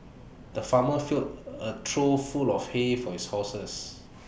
the farmer filled A a trough full of hay for his horses